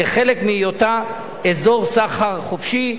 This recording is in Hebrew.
כחלק מהיותה אזור סחר חופשי,